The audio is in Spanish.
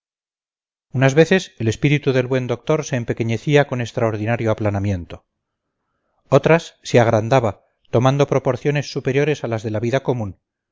unas veces el espíritu del buen doctor se empequeñecía con extraordinario aplanamiento otras se agrandaba tomando proporciones superiores a las de la vida común